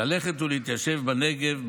ללכת ולהתיישב בנגב,